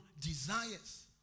desires